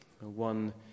one